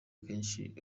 kenshi